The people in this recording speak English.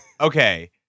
Okay